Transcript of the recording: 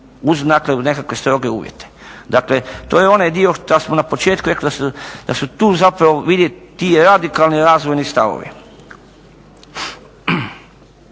uz nekakve stroge uvjete. Dakle, to je onaj dio što smo na početku rekli da se tu zapravo vide ti radikalni razvojni stavovi.